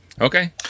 okay